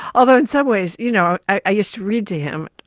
although in some ways, you know, i used to read to him,